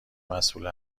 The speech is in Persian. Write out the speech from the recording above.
مسئول